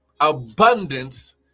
abundance